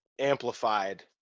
amplified